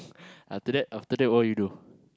after that after that what you do